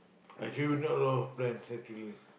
actually we not a lot of plans actually